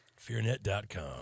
Fearnet.com